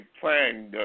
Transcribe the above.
plan